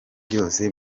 byose